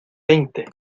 veinte